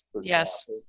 yes